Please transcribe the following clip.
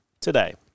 today